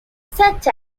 such